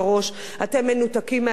אתם מנותקים מהציבור.